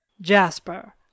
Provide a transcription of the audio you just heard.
Jasper